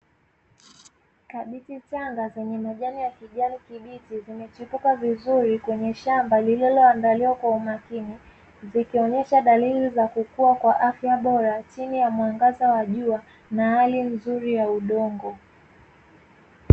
Kabichi changa zenye majani ya kijani kibichi zimechipuka vizuri kwenye shamba lililoandaliwa kwa umakini zikionyesha dalili ya kukua kwa afya bora chini ya mwangaza wa jua na hali nzuri ya udongo.